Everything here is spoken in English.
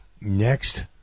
next